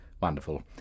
Wonderful